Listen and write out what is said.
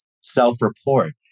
self-report